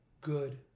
good